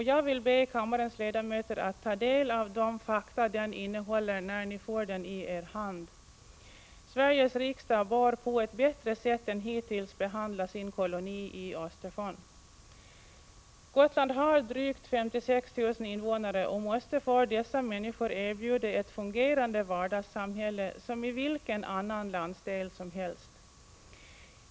Jag vill be kammarens ledamöter att ta del av de fakta den innehåller när de får den i sin hand. Sveriges riksdag bör på ett bättre sätt än hittills behandla sin koloni i Östersjön. Gotland har drygt 56 000 invånare och måste för dessa människor erbjuda ett fungerande vardagssamhälle som vilken annan landsdel som helst.